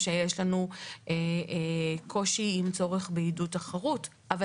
שיש לנו קושי עם צורך בעידוד תחרות - אבל